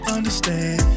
Understand